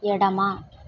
ఎడమ